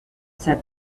said